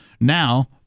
now